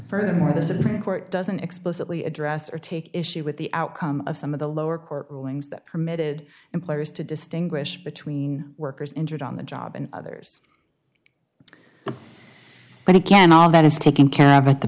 furthermore the court doesn't explicitly address or take issue with the outcome of some of the lower court rulings that permitted employers to distinguish between workers injured on the job and others but again all that is taken care of at the